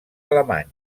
alemanys